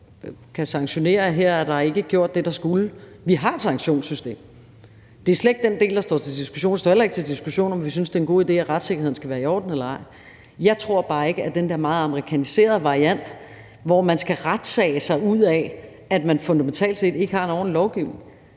kan sanktionere, i forhold til at her er der ikke gjort det, der skulle gøres. Vi har et sanktionssystem. Det er slet ikke den del, der står til diskussion. Det står heller ikke til diskussion, om vi synes, det er en god idé, at retssikkerheden skal være i orden eller ej. Jeg tror bare ikke på den der meget amerikaniserede variant, hvor man skal retssage sig ud af, at man fundamentalt set ikke har en ordentlig lovgivning.